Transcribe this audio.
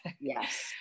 Yes